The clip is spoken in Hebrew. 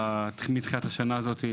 בחברה הערבית מתחילת השנה הזאת,